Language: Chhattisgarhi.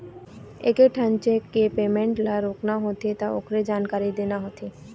एकेठन चेक के पेमेंट ल रोकना हे त ओखरे जानकारी देना होथे